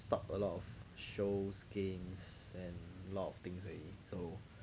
stopped a lot of shows games and a lot of things already so